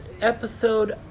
episode